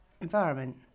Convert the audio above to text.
environment